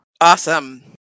Awesome